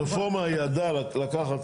הרפורמה ידעה לקחת